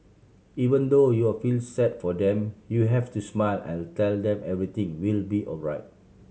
even though you will feel sad for them you have to smile and tell them everything will be alright